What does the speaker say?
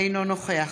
אינו נוכח